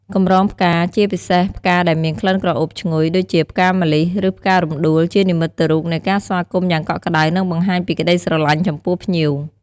កម្រងផ្កាជាពិសេសផ្កាដែលមានក្លិនក្រអូបឈ្ងុយ ដូចជាផ្កាម្លិះ ឬផ្ការំដួល ជានិមិត្តរូបនៃការស្វាគមន៍យ៉ាងកក់ក្តៅ និងបង្ហាញពីក្ដីស្រឡាញ់ចំពោះភ្ញៀវ។